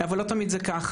אבל לא תמיד זה ככה,